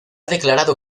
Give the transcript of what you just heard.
declarado